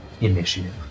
initiative